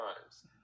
times